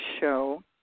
show